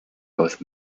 both